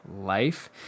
life